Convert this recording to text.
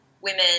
women